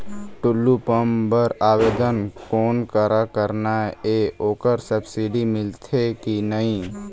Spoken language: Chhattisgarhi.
टुल्लू पंप बर आवेदन कोन करा करना ये ओकर सब्सिडी मिलथे की नई?